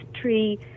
tree